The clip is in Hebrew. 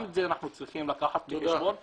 גם את זה אנחנו צריכים לקחת בחשבון --- תודה.